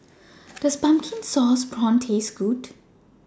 Does Pumpkin Sauce Prawns Taste Good